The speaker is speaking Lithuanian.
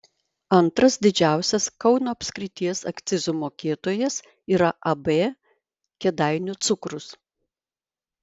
antras didžiausias kauno apskrities akcizų mokėtojas yra ab kėdainių cukrus